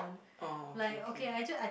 oh okay okay